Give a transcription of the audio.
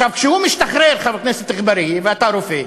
כשהוא משתחרר, חבר הכנסת אגבאריה, ואתה רופא,